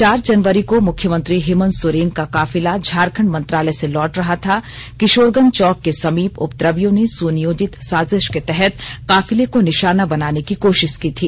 चार जनवरी को मुख्यमंत्री हेमंत सोरेन का काफिला झारखंड मंत्रालय से लौट रहा था किशोरगंज चौक के समीप उपद्रवियों ने सुनियोजित साजिश के तहत काफिले को निशाना बनाने की कोशिश की थी